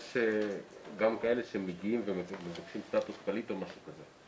יש גם כאלה שמגיעים ומבקשים סטטוס פליט או משהו כזה.